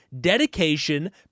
dedication